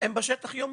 הם בשטח יומיום.